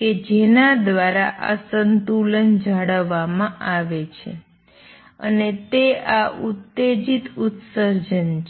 કે જેના દ્વારા આ સંતુલન જાળવવામાં આવે છે અને તે આ ઉત્તેજિત ઉત્સર્જન છે